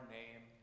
name